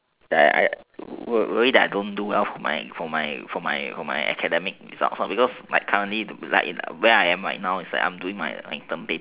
that I worry that I don't do well for my for my for my for my academic results because my currently to be like in where I am right now is that I'm doing my term papers and all that